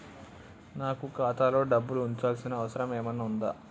నాకు ఖాతాలో డబ్బులు ఉంచాల్సిన అవసరం ఏమన్నా ఉందా?